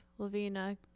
Lavina